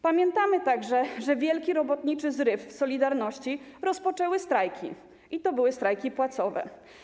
Pamiętamy także, że wielki robotniczy zryw „Solidarności” rozpoczęły strajki, i to były strajki płacowe.